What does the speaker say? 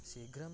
शीघ्रं